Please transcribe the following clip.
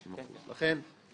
אבל היא תהיה יותר הוגנת.